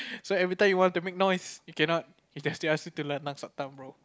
so everytime you want to make noise you cannot they just ask you to lanlan suck thumb bro